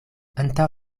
antaŭ